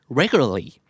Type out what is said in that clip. regularly